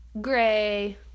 gray